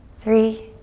three,